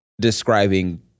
Describing